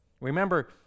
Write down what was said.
Remember